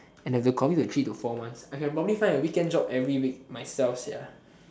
and the have to commit to three to four months I can probably find a weekend job outside myself sia